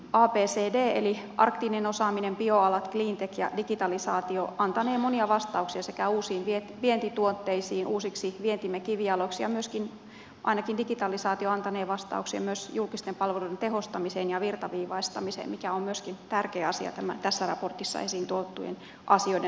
abcd eli arktinen osaaminen bioala cleantech ja digitalisaatio antanee monia vastauksia uusiin vientituotteisiin uusiksi vientimme kivijaloiksi ja ainakin digitalisaatio antanee vastauksia myös julkisten palveluiden tehostamiseen ja virtaviivaistamiseen mikä on myöskin tärkeä asia tässä raportissa esiin tuotujen asioiden ratkaisemiseksi